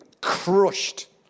crushed